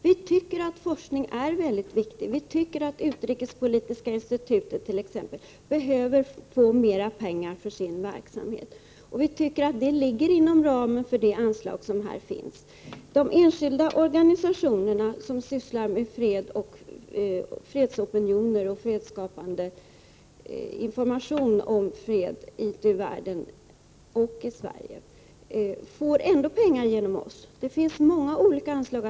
Vi tycker att forskning är väldigt viktig. Vi tycker att t.ex. Utrikespolitiska institutet behöver få mer pengar för sin verksamhet. Detta kan göras inom ramen för det anslag som finns. De enskilda organisationer som sysslar med fredsfrågor, med opinionsbildning och med att sprida information om fred ute i världen och i Sverige kan ändå få pengar genom oss. Det finns ju många olika anslag.